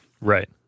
Right